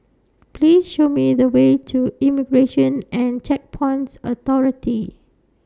Please Show Me The Way to Immigration and Checkpoints Authority